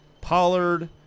Pollard